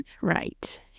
Right